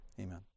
amen